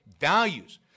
values